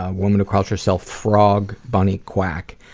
ah woman who calls herself frog bunny quack.